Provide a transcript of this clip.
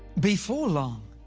before long,